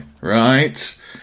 right